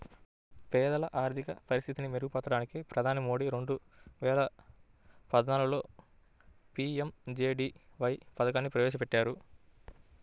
పేదల ఆర్థిక పరిస్థితిని మెరుగుపరచడానికి ప్రధాని మోదీ రెండు వేల పద్నాలుగులో పీ.ఎం.జే.డీ.వై పథకాన్ని పెట్టారు